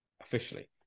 officially